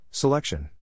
Selection